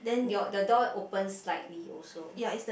your the door open slightly also